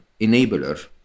enabler